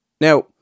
Now